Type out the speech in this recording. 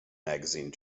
magazine